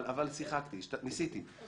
אבל שיחקתי, ניסיתי.